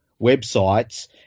websites